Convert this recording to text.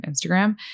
Instagram